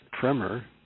tremor